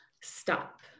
stop